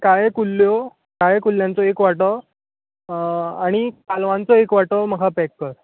काळ्यो कुल्ल्यो काळ्या कुल्ल्यांचो एक वांटो आनी कालवांचो एक वांटो म्हाका पॅक कर